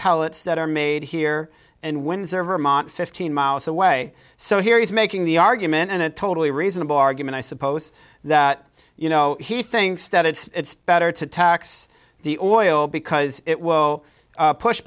pellets that are made here and windsor vermont fifteen miles away so here he's making the argument in a totally reasonable argument i suppose that you know he thinks that it's better to tax the oil because it will push